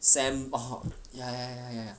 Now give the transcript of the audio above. sam oh ya ya ya